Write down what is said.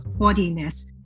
haughtiness